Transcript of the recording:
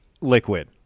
liquid